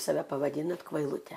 save pavadinat kvailute